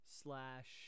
slash